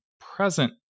present